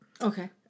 Okay